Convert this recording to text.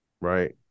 right